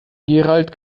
gerald